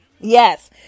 yes